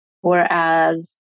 Whereas